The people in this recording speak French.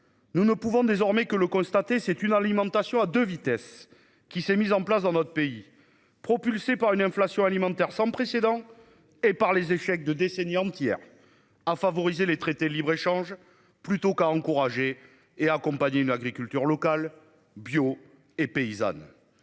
Nous ne pouvons désormais que le constater c'est une alimentation à 2 vitesses qui s'est mis en place dans notre pays. Propulsé par une inflation alimentaire sans précédent et par les échecs de décennies entières à favoriser les traités de libre-échange plutôt qu'à encourager et accompagner une agriculture locale bio et paysanne